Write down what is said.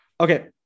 Okay